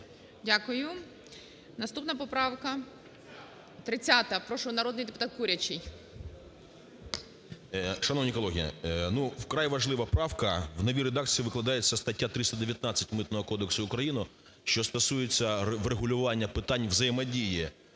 Дякую. Наступна поправка 30. Прошу, народний депутат Курячий. 12:53:59 КУРЯЧИЙ М.П. Шановні колеги, ну, вкрай важлива правка. В новій редакції викладається стаття 319 Митного кодексу України, що стосується врегулювання питань взаємодії